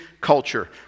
culture